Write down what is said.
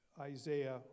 Isaiah